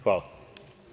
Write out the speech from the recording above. Hvala.